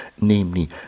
namely